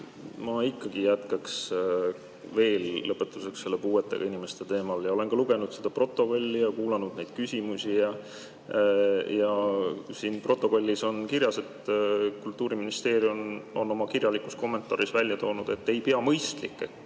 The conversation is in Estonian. Ma ikkagi jätkaksin veel lõpetuseks sellel puuetega inimeste teemal. Ma olen ka lugenud protokolli ja kuulanud neid küsimusi ja siin protokollis on kirjas, et Kultuuriministeerium on oma kirjalikus kommentaaris välja toonud, et ei pea mõistlikuks